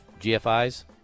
GFI's